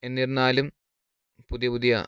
എന്നിരുന്നാലും പുതിയ പുതിയ